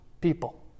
people